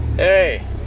Hey